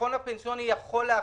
החיסכון הפנסיוני יכול להחזיק,